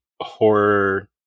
horror